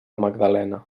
magdalena